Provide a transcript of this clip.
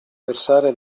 versare